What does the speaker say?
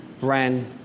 ran